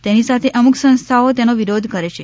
તેની સાથે અમુક સંસ્થાઓતેનો વિરોધ કરે છે